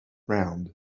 round